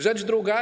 Rzecz druga.